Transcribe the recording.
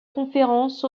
conférence